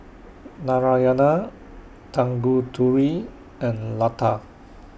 Narayana Tanguturi and Lata